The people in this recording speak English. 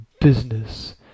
business